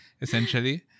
essentially